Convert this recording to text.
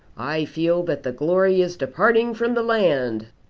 i feel that the glory is departing from the land.